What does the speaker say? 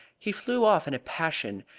he flew off in a passion,